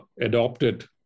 adopted